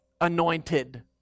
anointed